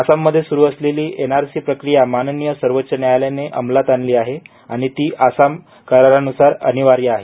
आसाममध्ये सुरू असलेली एनआरसी प्रक्रिया माननीय सर्वोच्च न्यायालयाने अंमलात आणली आहे आणि ती आसाम करारानुसार अनिवार्य आहे